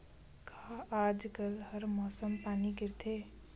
का आज कल हर मौसम पानी गिरथे?